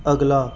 ਅਗਲਾ